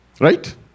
Right